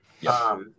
Yes